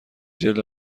جلد